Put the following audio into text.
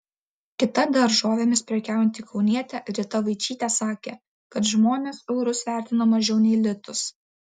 kita daržovėmis prekiaujanti kaunietė rita vaičytė sakė kad žmonės eurus vertina mažiau nei litus